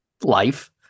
life